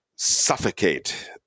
Suffocate